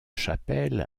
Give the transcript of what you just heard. chapelle